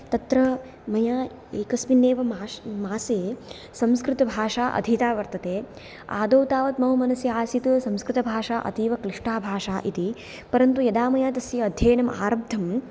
तत्र मया एकस्मिन् एव मासे मासे संस्कृतभाषा अधिता वर्तते आदौ तावत् मम मनसि आसीत् संस्कृतभाषा अतीव क्लिष्टा भाषा इति परन्तु यदा मया तस्य अध्ययनम् आरब्धम्